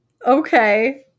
Okay